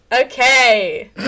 okay